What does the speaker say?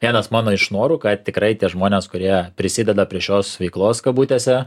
vienas mano iš norų kad tikrai tie žmonės kurie prisideda prie šios veiklos kabutėse